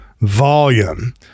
volume